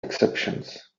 exceptions